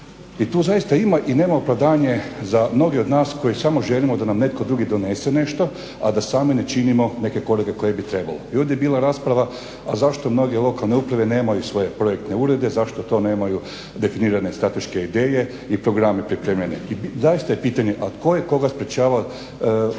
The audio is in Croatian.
I tu zaista ima i nema opravdanje za mnoge od nas koji samo želimo da nam netko drugi donese nešto, a da sami ne činimo neke korake koje bi trebalo. I ovdje je bila rasprava zašto mnoge lokalne uprave nemaju svoje projektne urede, zašto to nemaju definirane strateške ideje i programe pripremljene i zaista je pitanje tko je koga sprečavao